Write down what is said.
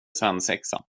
svensexa